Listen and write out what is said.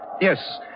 Yes